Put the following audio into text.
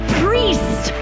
priest